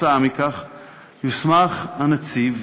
כתוצאה מכך יוסמך הנציב,